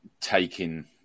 taking